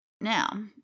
Now